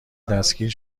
دستگیر